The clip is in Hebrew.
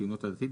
ציונות הדתית.